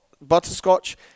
butterscotch